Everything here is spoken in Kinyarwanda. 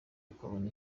akabona